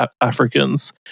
Africans